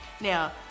Now